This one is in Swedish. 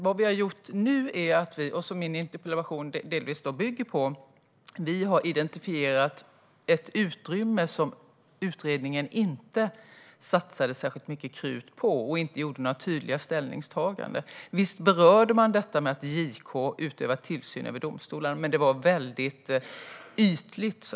Vad vi nu har gjort, vilket min interpellation delvis bygger på, är att vi har identifierat ett utrymme som utredningen inte satsade särskilt mycket krut på - inga tydliga ställningstaganden gjordes. Visst berörde man att JK utövar tillsyn över domstolarna, men det var väldigt ytligt.